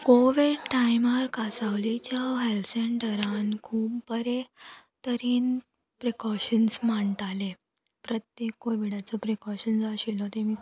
Covid टायमार कांसावलेच्या health सेंटरान खूब बरें तरेन प्रिकॉशन्स मांडटाले प्रत्येक कोविडाचो प्रिकॉशन्स आशिल्लो तेमी